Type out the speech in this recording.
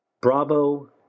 Bravo